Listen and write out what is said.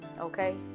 Okay